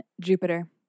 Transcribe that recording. Jupiter